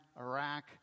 Iraq